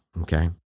okay